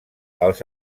els